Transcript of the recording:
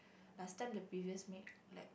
last time the previous maid like